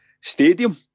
stadium